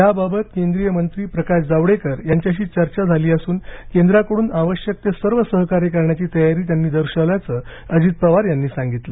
याबाबत केंद्रीय मंत्री प्रकाश जावडेकर यांच्याशी चर्चा झाली असून केंद्राकडून आवश्यक ते सर्व सहकार्य करण्याची तयारी त्यांनी दर्शवल्याचं अजित पवार यांनी सांगितलं